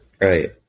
Right